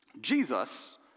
Jesus